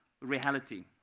reality